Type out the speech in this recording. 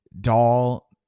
doll